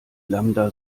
lambda